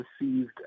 received